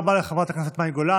תודה רבה לחברת הכנסת מאי גולן.